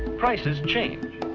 prices change.